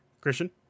Christian